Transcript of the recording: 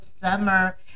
Summer